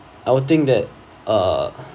I would think that uh